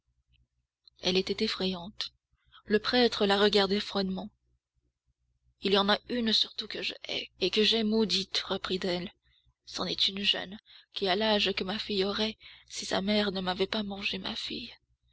elle était effrayante le prêtre la regardait froidement il y en a une surtout que je hais et que j'ai maudite reprit-elle c'en est une jeune qui a l'âge que ma fille aurait si sa mère ne m'avait pas mangé ma fille